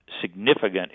significant